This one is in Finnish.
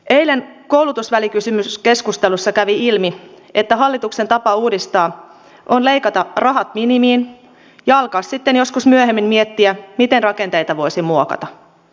eilen koulutusvälikysymyskeskustelussa kävi ilmi että hallituksen tapa uudistaa on leikata rahat minimiin ja alkaa sitten joskus myöhemmin miettiä miten rakenteita voisi muokata